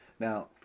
Now